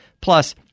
Plus